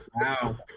wow